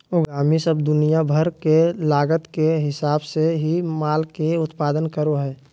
उद्यमी सब दुनिया भर के लागत के हिसाब से ही माल के उत्पादन करो हय